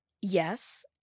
Yes